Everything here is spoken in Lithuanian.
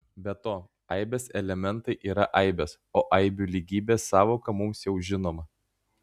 be to aibės elementai yra aibės o aibių lygybės sąvoka mums jau žinoma